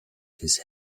his